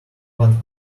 one